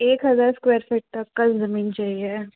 एक हज़ार square feet तक की ज़मीन चाहिए